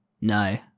No